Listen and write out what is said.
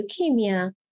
leukemia